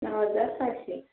सहा हजार सातशे